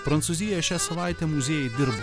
prancūzijoje šią savaitę muziejai dirbo